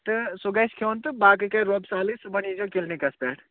تہٕ سُہ گژھِ کھیوٚن تہٕ باقٕے کَرِ رۄب سَہلٕے صُبحن یی زیو کِلنِکَس پٮ۪ٹھ